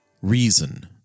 reason